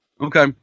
Okay